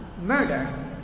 Murder